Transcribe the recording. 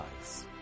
eyes